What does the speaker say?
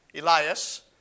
Elias